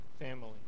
family